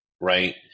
right